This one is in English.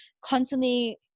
constantly